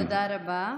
תודה רבה.